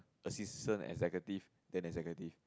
assistant executive then executive